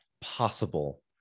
possible